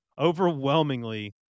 overwhelmingly